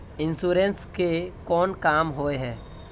Insurance के कोन काम होय है?